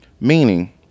Meaning